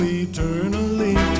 eternally